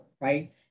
right